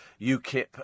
UKIP